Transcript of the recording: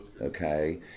okay